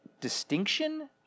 distinction